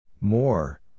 More